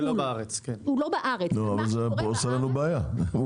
זה עושה לנו בעיה.